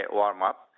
warm-up